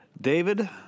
David